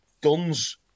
guns